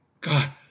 God